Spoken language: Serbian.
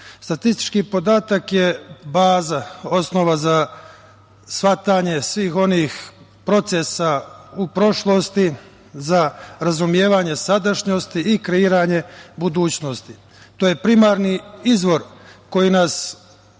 Statistički podatak je baza, osnova za shvatanje svih onih procesa u prošlosti, za razumevanje sadašnjosti i kreiranje budućnosti. To je primarni izvor koji nas brutalno